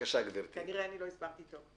כנראה לא הסברתי טוב.